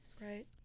right